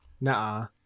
Nah